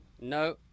No